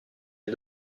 les